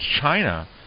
China